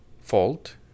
fault